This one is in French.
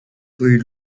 rue